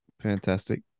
Fantastic